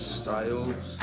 styles